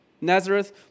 Nazareth